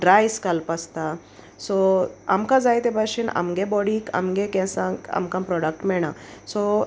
ड्रायज घालप आसता सो आमकां जायते भाशेन आमगे बॉडीक आमगे केसांक आमकां प्रोडक्ट मेळना सो